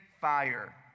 fire